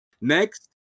Next